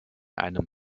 einem